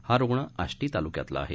हा रुग्ण आष्टी तालुक्यातला आहे